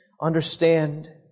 understand